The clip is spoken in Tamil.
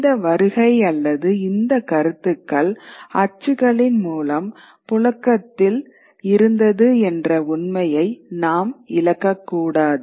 இந்த வருகை அல்லது இந்த கருத்துக்கள் அச்சுகளின் மூலம் புழக்கத்தில் கிறது என்ற உண்மையை நாம் இழக்கக்கூடாது